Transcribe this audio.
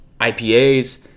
IPAs